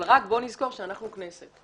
אבל רק בואו נזכור שאנחנו כנסת,